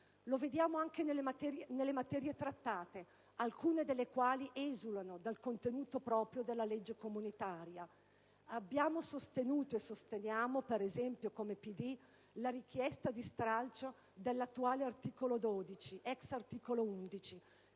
Lo vediamo anche nelle materie trattate, alcune delle quali esulano dal contenuto proprio della legge comunitaria. Abbiamo sostenuto e sosteniamo, per esempio, come PD, la richiesta di stralcio dell'attuale articolo 12 (ex articolo 11),